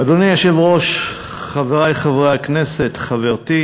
אדוני היושב-ראש, חברי חברי הכנסת, חברתי